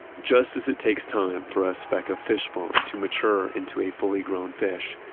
just as it takes time for a speck of fish spawn to mature into a fully grown fish,